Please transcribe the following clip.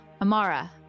Amara